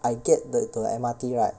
I get like to the M_R_T right